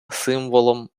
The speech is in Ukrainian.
символом